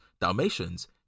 Dalmatians